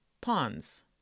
pawns